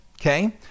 Okay